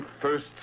first